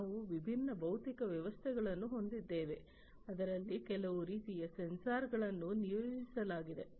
ನಾವು ವಿಭಿನ್ನ ಭೌತಿಕ ವ್ಯವಸ್ಥೆಗಳನ್ನು ಹೊಂದಿದ್ದೇವೆ ಅದರಲ್ಲಿ ಕೆಲವು ರೀತಿಯ ಸೆನ್ಸಾರ್ಗಳನ್ನು ನಿಯೋಜಿಸಲಾಗಿದೆ